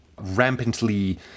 rampantly